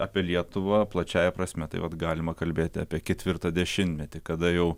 apie lietuvą plačiąja prasme tai vat galima kalbėti apie ketvirtą dešimtmetį kada jau